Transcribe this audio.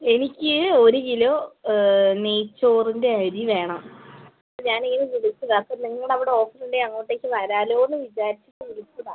എനിക്ക് ഒരു കിലോ നെയ്ച്ചോറിൻ്റെ അരി വേണം ഞാൻ ഇങ്ങനെ വിളിച്ചതാണ് അപ്പം നിങ്ങളുടെ അവിടെ ഓഫർ ഉണ്ടെങ്കിൽ അങ്ങോട്ടേയ്ക്ക് വരാമല്ലോ എന്ന് വിചാരിച്ചിട്ട് വിളിച്ചതാണ്